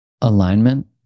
alignment